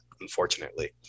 unfortunately